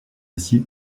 aussi